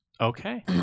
Okay